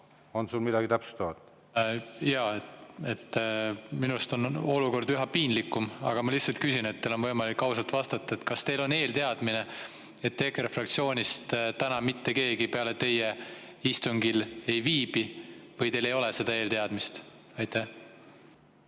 on sul midagi täpsustavat? Jaa. Minu arust on olukord üha piinlikum, aga ma lihtsalt küsin. Teil on võimalik ausalt vastata. Kas teil oli eelteadmine, et EKRE fraktsioonist täna mitte keegi peale teie istungil ei viibi, või teil ei olnud seda eelteadmist? Jaa.